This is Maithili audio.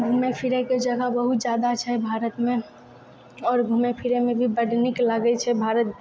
घुमै फिरैके जगह बहुत जादा छै भारतमे आओर घुमै फिरैमे भी बड नीक लागै छै भारत